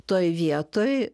toj vietoj